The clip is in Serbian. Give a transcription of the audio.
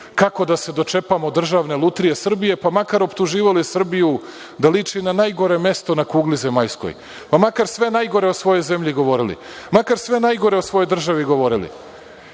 kako da se dočepamo Državne lutrije Srbije pa makar optuživali Srbiju da liči na najgore mesto na kugli zemaljskoj, pa makar sve najgore o svojoj zemlji govorili, makar sve najgore o svojoj državi govorili.